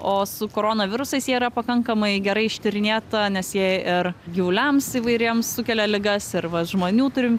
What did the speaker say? o su koronavirusais jie yra pakankamai gerai ištyrinėta nes jie ir gyvuliams įvairiems sukelia ligas ir va žmonių turim